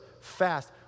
fast